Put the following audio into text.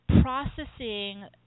processing